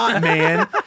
man